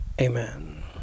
Amen